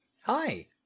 Hi